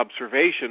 observation